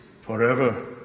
forever